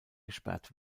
gesperrt